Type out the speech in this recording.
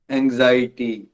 anxiety